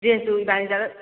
ꯗ꯭꯭ꯔꯦꯁꯇꯨ ꯏꯕꯅꯤ ꯆꯠꯂꯒ